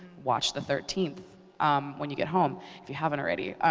watch the thirteenth when you get home if you haven't already.